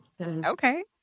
Okay